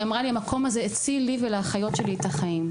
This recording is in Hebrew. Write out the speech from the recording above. והיא אמרה לי המקום הזה הציל לי ולאחיות שלי את החיים.